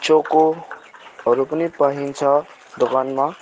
चोकोहरू पनि पाइन्छ दोकानमा